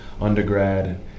undergrad